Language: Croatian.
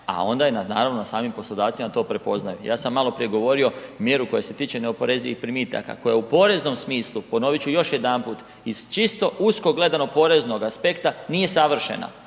a onda je naravno na samim poslodavcima da to prepoznaju. Ja sam maloprije govorio mjeru koja se tiče neoporezivih primitaka koja je u poreznom smislu, ponovit ću još jedanput iz čisto usko gledanoga poreznoga aspekta nije savršena,